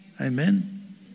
Amen